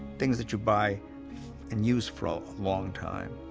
things that you buy and use for a long time.